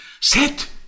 Sit